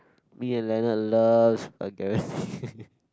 me and Leonard loves vulgarities